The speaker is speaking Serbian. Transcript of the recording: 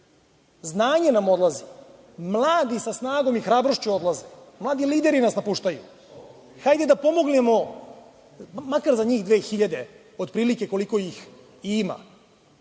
Znanje nam odlazi. Mladi sa snagom i hrabrošću nam odlaze. Mladi lideri nas napuštaju. Hajde da pomognemo makar za njih 2000, otprilike, koliko ih i